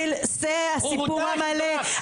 כרגיל, זה הסיפור המלא.